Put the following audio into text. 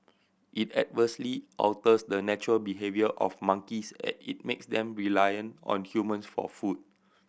it adversely alters the natural behaviour of monkeys as it makes them reliant on humans for food